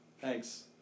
Thanks